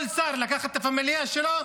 כל שר לקחת את הפמליה שלו